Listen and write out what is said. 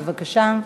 בבקשה.